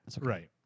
right